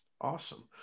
Awesome